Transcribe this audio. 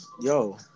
yo